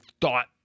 thought